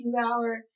two-hour